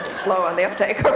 slow on the uptake